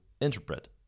interpret